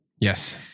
Yes